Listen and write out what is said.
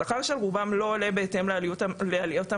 השכר של רובם לא עולה בהתאם לעליות המחירים.